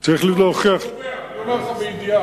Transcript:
אני אומר לך מידיעה,